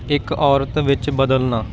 ਇੱਕ ਔਰਤ ਵਿੱਚ ਬਦਲਣਾ